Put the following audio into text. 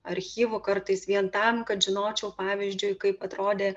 archyvų kartais vien tam kad žinočiau pavyzdžiui kaip atrodė